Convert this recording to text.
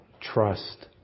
Trust